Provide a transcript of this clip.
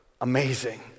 Amazing